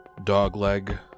dogleg